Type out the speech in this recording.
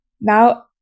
Now